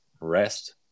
rest